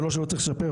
זה לא שלא צריך לשפר,